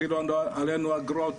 הטילו עלינו אגרות,